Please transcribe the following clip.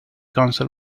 council